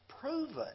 Proven